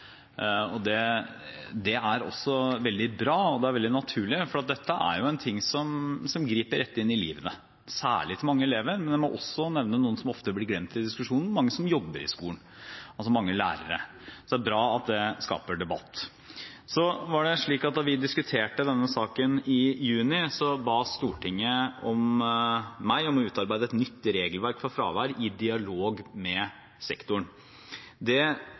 stor debatt. Det er også veldig bra og veldig naturlig, for dette er noe som griper rett inn i livene til mange elever. Men jeg må også nevne mange som ofte blir glemt i diskusjonen: de som jobber i skolen, altså mange lærere. Det er bra at det skaper debatt. Da vi diskuterte denne saken i juni, ba Stortinget meg om å utarbeide et nytt regelverk for fravær, i dialog med sektoren. Det